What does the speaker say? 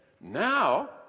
Now